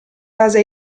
base